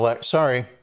sorry